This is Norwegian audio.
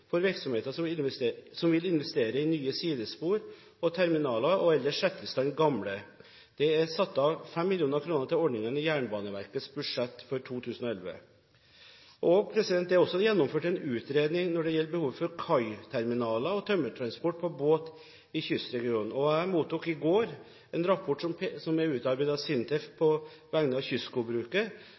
for virksomheter som vil investere i nye sidespor og terminaler, eller vil sette i stand gamle. Det er satt av 5 mill. kr til ordningen på Jernbaneverkets budsjett for 2011. Det er også gjennomført en utredning når det gjelder behovet for kaiterminaler og tømmertransport på båt i kystregionen. Jeg mottok i går en rapport som er utarbeidet av SINTEF på vegne av